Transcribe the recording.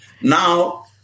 Now